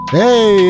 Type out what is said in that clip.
hey